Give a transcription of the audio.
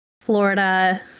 Florida